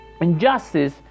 injustice